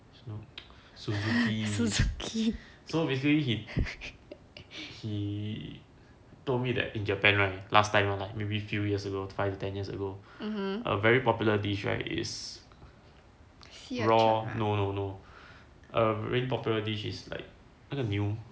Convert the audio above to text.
suzuki so basically he he told me that in japan right last time lah like maybe few years ago five ten years ago a very popular dish right is raw no no no a really popular dish is like 那个牛